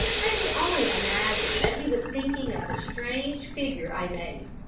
i could only imagine that he was thinking of the strange figure i made,